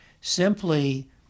Simply